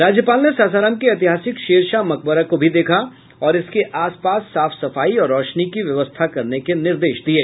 राज्यपाल ने सासाराम के ऐतिहासिक शेरशाह मकबरा को भी देखा और इसके आस पास साफ सफाई और रोशनी की व्यवस्था करने को निदेश दिये